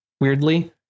weirdly